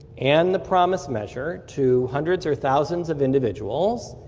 and the promis measure to hundreds or thousands of individuals,